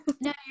No